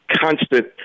constant